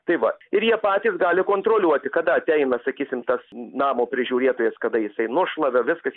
tai va ir jie patys gali kontroliuoti kada ateina sakysim tas namo prižiūrėtojas kada jisai nušlavė viskas